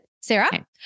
Sarah